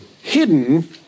Hidden